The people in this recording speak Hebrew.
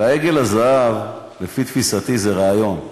אלא שעגל הזהב, לפי תפיסתי, זה רעיון.